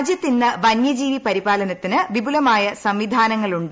രാജ്യത്ത് ഇന്ന് വന്യജീവി പരിപാലനത്തിന് വിപുലമായ സംവിധാനങ്ങളുണ്ട്